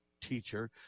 teacher